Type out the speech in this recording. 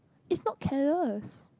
it's not careless